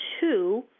two